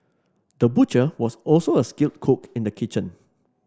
the butcher was also a skilled cook in the kitchen